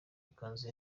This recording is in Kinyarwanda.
ikanzu